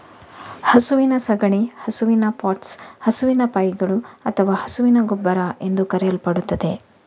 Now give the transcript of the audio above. ಹಸುವಿನ ಸಗಣಿ ಹಸುವಿನ ಪಾಟ್ಸ್, ಹಸುವಿನ ಪೈಗಳು ಅಥವಾ ಹಸುವಿನ ಗೊಬ್ಬರ ಎಂದೂ ಕರೆಯಲ್ಪಡುತ್ತದೆ